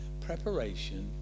Preparation